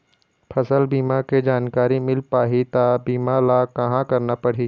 फसल बीमा के जानकारी मिल पाही ता बीमा ला कहां करना पढ़ी?